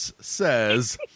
says